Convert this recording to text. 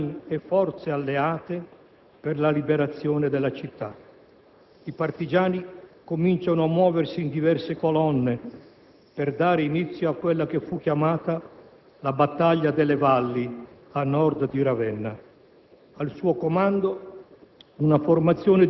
tra partigiani e forze alleate per la liberazione della città. I partigiani cominciano a muoversi in diverse colonne, per dare inizio a quella che fu chiamata la «battaglia delle Valli» a nord di Ravenna. Al suo comando,